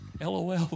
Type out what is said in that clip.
LOL